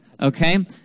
Okay